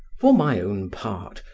for my own part,